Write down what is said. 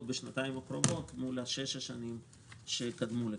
בשנתיים הקרובות מול שש השנים שקדמו להן.